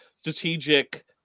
strategic